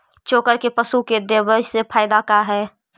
चोकर के पशु के देबौ से फायदा का है?